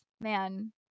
man